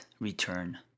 return